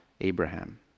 Abraham